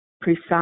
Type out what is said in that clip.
precise